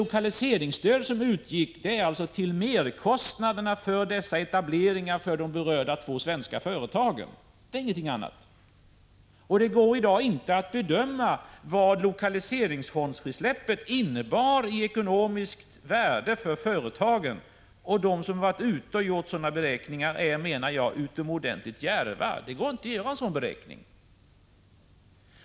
Lokaliseringsstödet utgick till merkostnaderna för dessa etableringar för de berörda två svenska företagen — ingenting annat. Det går i dag inte att bedöma vad lokaliseringsfondsfrisläppet innebar i ekonomiskt värde för företagen. De som gjort sådana beräkningar är utomordentligt djärva. Det går inte att göra en sådan beräkning.